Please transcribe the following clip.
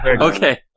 Okay